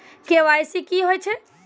KYC की होय छै?